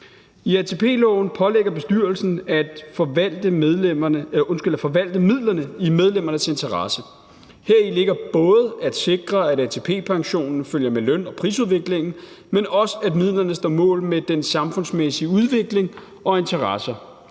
I ATP-loven pålægges bestyrelsen at forvalte midlerne i medlemmernes interesse, heri ligger både at sikre, at ATP-pensionen følger med løn- og prisudviklingen, og at sikre, at midlerne står mål med den samfundsmæssige udvikling og de